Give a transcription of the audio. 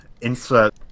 Insert